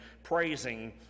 Praising